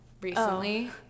Recently